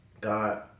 God